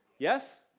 Yes